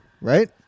right